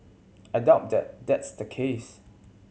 I doubt that that's the case